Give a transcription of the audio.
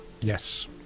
Yes